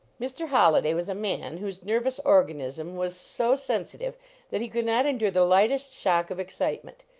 mr. holliday was a man whose nervous organism was so sensitive that he could not endure the lightest shock of excitement.